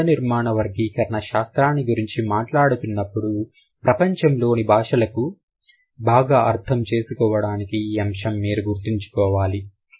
మనం పదనిర్మాణ వర్గీకరణ శాస్త్రాన్ని గురించి మాట్లాడుతున్నప్పుడు ప్రపంచంలోని భాషలను బాగా అర్థం చేసుకోవడానికి ఈ అంశాలను మీరు గుర్తించుకోవాలి